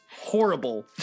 horrible